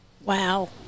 Wow